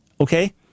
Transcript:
okay